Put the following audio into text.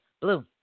Blue